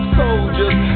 soldiers